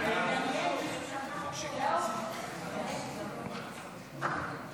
חוק לתיקון פקודת סדר הדין הפלילי (מעצר וחיפוש) (מס' 17),